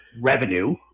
revenue